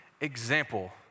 example